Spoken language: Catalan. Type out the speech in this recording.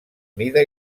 mida